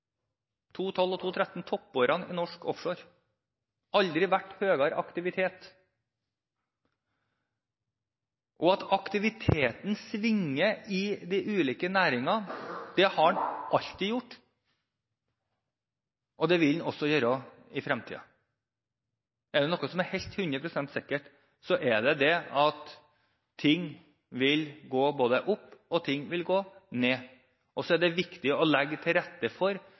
toppårene i norsk offshore, det har aldri vært høyere aktivitet. Aktiviteten svinger i de ulike næringene, det har den alltid gjort, og det vil den også gjøre i fremtiden. Er det noe som er 100 pst. sikkert, så er det at ting vil gå både opp og ned. Og så er det viktig å legge til rette for